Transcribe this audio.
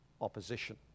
opposition